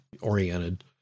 oriented